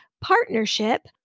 partnership